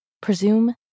Presume